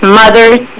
mothers